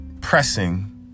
pressing